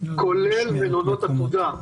כולל מלונות עתודה.